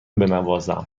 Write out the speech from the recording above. بنوازم